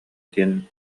диэн